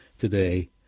today